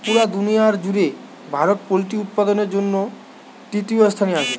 পুরা দুনিয়ার জুড়ে ভারত পোল্ট্রি উৎপাদনের জন্যে তৃতীয় স্থানে আছে